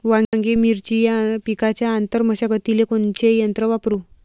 वांगे, मिरची या पिकाच्या आंतर मशागतीले कोनचे यंत्र वापरू?